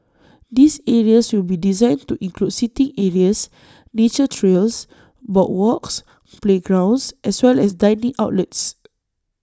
these areas will be designed to include seating areas nature trails boardwalks playgrounds as well as dining outlets